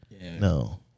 No